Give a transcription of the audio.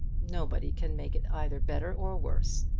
nobody can make it either better or worse.